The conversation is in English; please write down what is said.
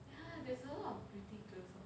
there's no operating proof